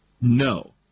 No